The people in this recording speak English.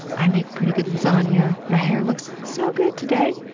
i make pretty good lasagna. my hair looks so good today.